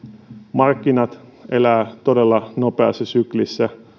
markkinat elävät todella nopeassa syklissä